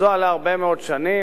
שעבדו עליה הרבה מאוד שנים.